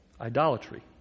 Idolatry